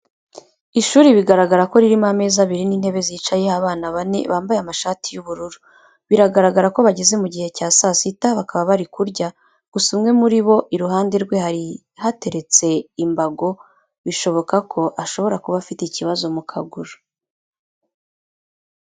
Ishuri bigaragara ko ririmo ameza abiri n'intebe zicayeho abana bane bambaye amashati y'ubururu, biragaragara ko bageze mu gihe cya saa sita bakaba bari kurya, gusa umwe muri bo iruhande rwe hari hateretse imbago bishoboka ko ashobora kuba afite ikibazo mu kaguru.